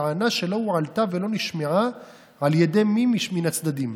טענה שלא הועלתה ולא נשמעה על ידי מי מן הצדדים.